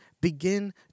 begin